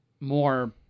more